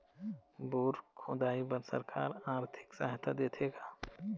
Bore खोदाई बर सरकार आरथिक सहायता देथे का?